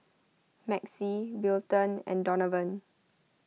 Maxie Wilton and Donavan